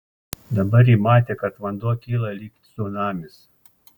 dabar ji matė kad vanduo kyla lyg cunamis